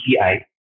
API